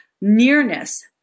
nearness